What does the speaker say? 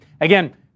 Again